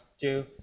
two